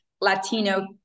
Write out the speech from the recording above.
latino